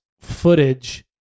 footage